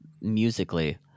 musically